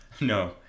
No